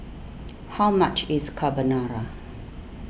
how much is Carbonara